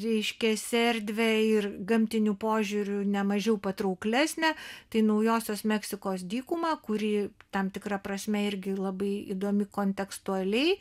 reiškias erdvę ir gamtiniu požiūriu ne mažiau patrauklesnę tai naujosios meksikos dykumą kuri tam tikra prasme irgi labai įdomi kontekstualiai